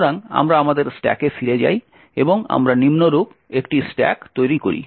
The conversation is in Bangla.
সুতরাং আমরা আমাদের স্ট্যাকে ফিরে যাই এবং আমরা নিম্নরূপ একটি স্ট্যাক তৈরি করি